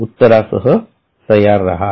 उत्तरासह तयार राहा